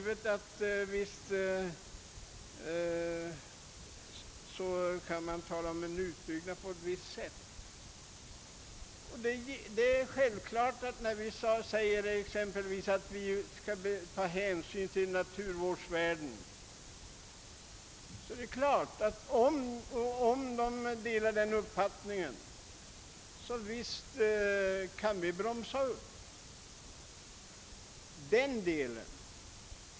Naturligtvis kan man tala om att utbyggnaden bör ske på ett visst sätt. Det är självklart att när vi exempelvis säger, att vi skall taga hänsyn till naturvårdsvärden, så kan det ge anledning till en uppbromsning i den delen.